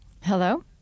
Hello